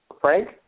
Frank